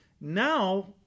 Now